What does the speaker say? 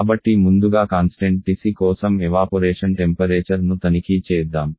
కాబట్టి ముందుగా constant TC కోసం ఎవాపొరేషన్ టెంపరేచర్ ను తనిఖీ చేద్దాం